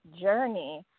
journey